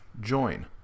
join